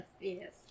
Yes